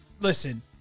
Listen